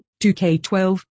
2k12